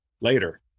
later